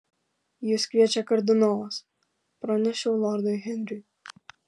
jus kviečia kardinolas pranešiau lordui henriui